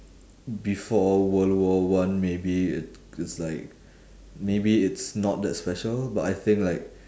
before world war one maybe it is like maybe it's not that special but I think like